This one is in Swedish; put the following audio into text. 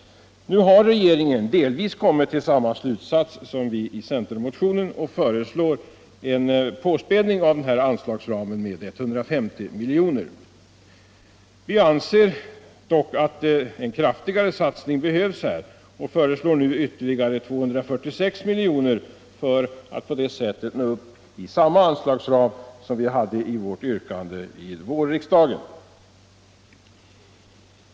Nu har regeringen delvis kommit till samma slutsats som vi i centermotionen och föreslår en påspädning av denna anslagsram med 150 milj.kr. Vi anser dock att en kraftigare satsning behövs och föreslår nu ytterligare 246 milj.kr. för att på det sättet nå upp till samma anslagsram som vi hade i vårt yrkande vid vårriksdagen.